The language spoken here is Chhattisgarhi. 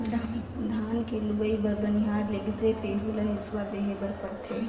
धान के लूवई बर बनिहार लेगजे तेहु ल हेसुवा देहे बर परथे